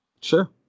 Sure